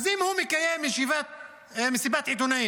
אז אם הוא מקיים מסיבת עיתונאים